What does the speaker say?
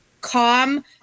calm